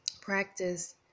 Practice